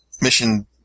mission